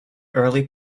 early